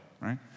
right